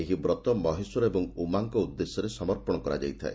ଏହି ବ୍ରତ ମହେଶ୍ୱର ଏବଂ ଉମାଙ୍କ ଉଦ୍ଦେଶ୍ୟରେ ସମର୍ପଣ କରାଯାଇଥାଏ